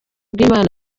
bw’imana